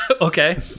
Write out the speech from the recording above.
Okay